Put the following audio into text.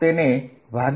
Er3p